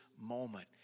moment